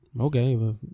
Okay